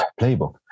playbook